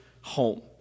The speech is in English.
home